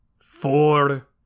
four